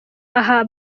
aha